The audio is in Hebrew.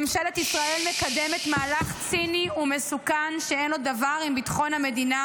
ממשלת ישראל מקדמת מהלך ציני ומסוכן שאין לו דבר עם ביטחון המדינה,